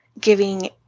giving